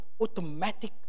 automatic